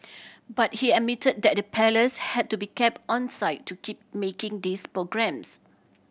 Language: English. but he admitted that the Palace had to be kept onside to keep making these programmes